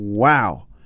Wow